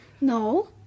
No